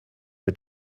mit